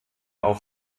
auch